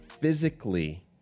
Physically